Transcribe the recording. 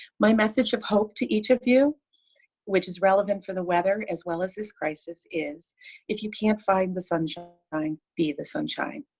my message of hope to each of you which is relevant for the weather as well as this crisis is if you can't find the sunshine um be the sunshine.